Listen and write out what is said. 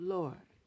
Lord